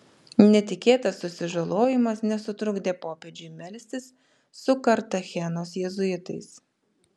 netikėtas susižalojimas nesutrukdė popiežiui melstis su kartachenos jėzuitais